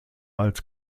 als